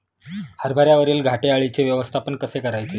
हरभऱ्यावरील घाटे अळीचे व्यवस्थापन कसे करायचे?